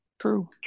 true